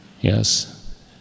yes